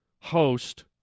host